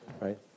right